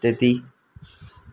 त्यति